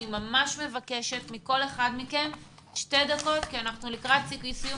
אני ממש מבקשת מכל אחד מכם לדבר שתי דקות כי אנחנו לקראת סיום